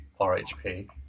RHP